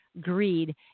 greed